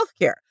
healthcare